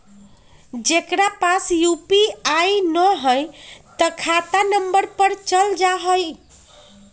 जेकरा पास यू.पी.आई न है त खाता नं पर चल जाह ई?